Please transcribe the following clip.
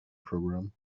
program